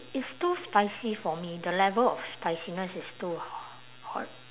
it's too spicy for me the level of spiciness is too h~ hot